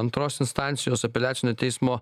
antros instancijos apeliacinio teismo